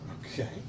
Okay